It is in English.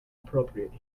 appropriate